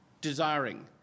desiring